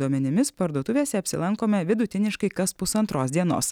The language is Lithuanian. duomenimis parduotuvėse apsilankome vidutiniškai kas pusantros dienos